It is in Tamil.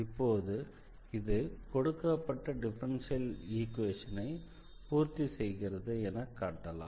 இப்போது இது கொடுக்கப்பட்ட டிஃபரன்ஷியல் ஈக்வேஷனை பூர்த்தி செய்கிறது எனக் காட்டலாம்